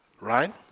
Right